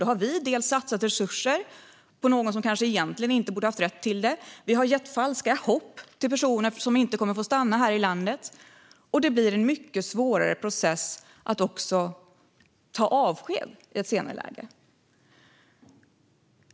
Då har vi satsat resurser på någon som kanske egentligen inte haft rätt till det. Vi har gett falskt hopp till personen, som inte kommer att få stanna här i landet. Det blir också en mycket svårare process att ta avsked i ett senare läge.